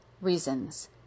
reasons